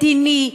מדיני,